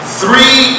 three